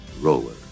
Roller